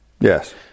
Yes